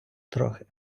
трохи